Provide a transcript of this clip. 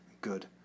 good